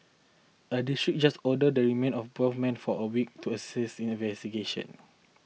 a district just ordered the remand of both men for a week to assist in investigation